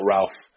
Ralph